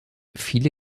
viele